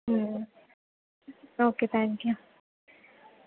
okay thank you